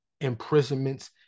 imprisonments